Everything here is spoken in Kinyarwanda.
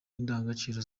n’indangagaciro